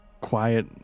Quiet